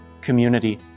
community